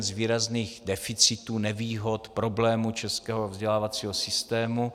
Je to jeden z výrazných deficitů, nevýhod, problémů českého vzdělávacího systému.